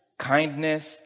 kindness